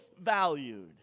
valued